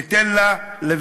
אז ניתן לה,